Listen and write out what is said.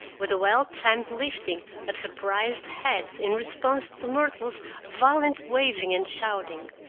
with a well-timed lifting of surprised hats in response to myrtle's violent waving and shouting.